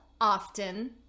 often